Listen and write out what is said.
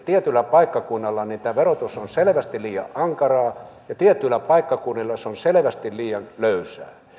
tietyllä paikkakunnalla tämä verotus on selvästi liian ankaraa ja tietyillä paikkakunnilla se on selvästi liian löysää